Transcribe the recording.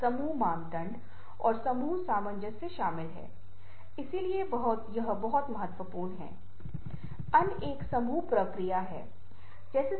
तो एक पाठ चारों ओर कूद सकता है जो एक विशिष्ट भावना का संचार कर सकता है जिसे हम ऐसे कई उदाहरणों पर देखेंगे